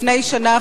לפני שנה,